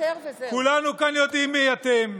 כולנו כאן יודעים מי אתם.